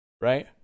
right